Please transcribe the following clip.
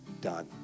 done